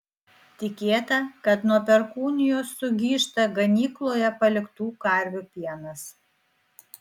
tikėta kad nuo perkūnijos sugyžta ganykloje paliktų karvių pienas